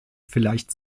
vielleicht